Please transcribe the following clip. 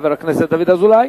חבר הכנסת דוד אזולאי.